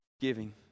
giving